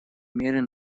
меры